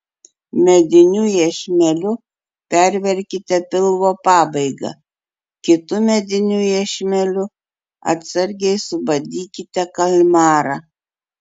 mediniu iešmeliu perverkite pilvo pabaigą kitu mediniu iešmeliu atsargiai subadykite kalmarą